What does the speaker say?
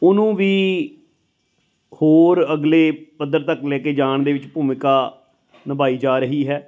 ਉਹਨੂੰ ਵੀ ਹੋਰ ਅਗਲੇ ਪੱਧਰ ਤੱਕ ਲੈ ਕੇ ਜਾਣ ਦੇ ਵਿੱਚ ਭੂਮਿਕਾ ਨਿਭਾਈ ਜਾ ਰਹੀ ਹੈ